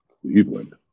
Cleveland